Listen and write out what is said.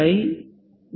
I B